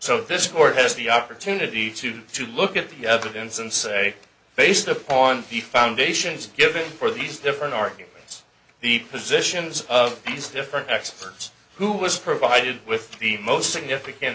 so this court has the opportunity today to look at the evidence and say based upon the foundations given for these different arguments the positions of these different experts who was provided with the most significant